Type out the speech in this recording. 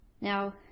Now